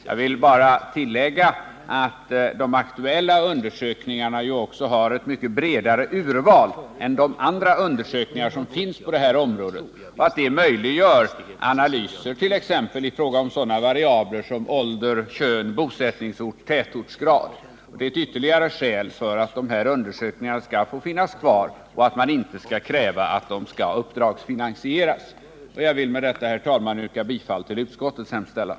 Jag vill bara tillägga att de aktuella undersökningarna också har ett mycket bredare urval än de andra undersökningar som finns på det här området, och att de möjliggör analyser i fråga om sådana variabler som t.ex. ålder, kön, bosättningsort och tätortsgrad. Det är ytterligare ett skäl för att dessa undersökningar skall få finnas kvar och att man inte skall kräva att de uppdragsfinansieras. Jag vill med detta, herr talman, yrka bifall till utskottets hemställan.